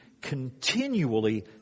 continually